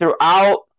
throughout